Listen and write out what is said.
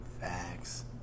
Facts